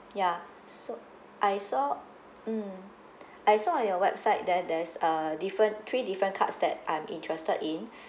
ya so I saw mmhmm I saw on your website that there's err different three different cards that I'm interested in